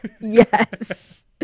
Yes